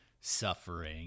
suffering